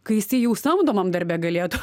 kai jisai jau samdomam darbe galėtų